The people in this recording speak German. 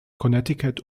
connecticut